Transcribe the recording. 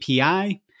API